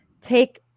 take